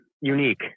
unique